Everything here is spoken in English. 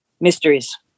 Mysteries